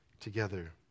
together